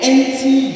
Empty